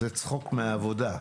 זה צחוק מהעבודה.